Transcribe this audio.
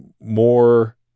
more